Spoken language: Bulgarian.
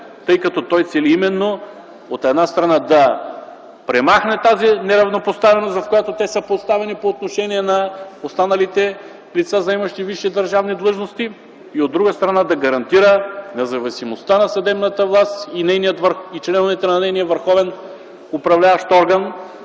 тъй като той цели именно, от една страна, да премахне тази неравнопоставеност, в която те са поставени по отношение на останалите лица, заемащи висши държавни длъжностни, и, от друга страна, да гарантира независимостта на съдебната власт и членовете на нейния върховен управляващ орган